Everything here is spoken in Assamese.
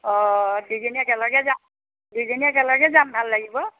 অঁ দুইজনী একেলগে যাম দুইজনী একেলগে যাম ভাল লাগিব